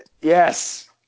Yes